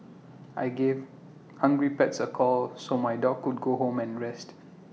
I gave hungry pets A call so my dog could go home and rest